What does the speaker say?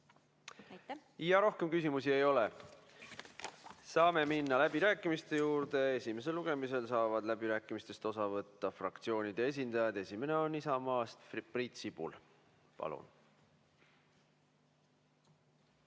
Rohkem küsimusi ei ole. Saame minna läbirääkimiste juurde. Esimesel lugemisel saavad läbirääkimistest osa võtta fraktsioonide esindajad. Esimene on Isamaast Priit Sibul. Palun!